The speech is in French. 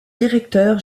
directeur